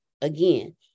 again